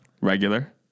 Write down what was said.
regular